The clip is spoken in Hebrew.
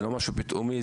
זה לא משהו פתאומי,